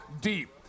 deep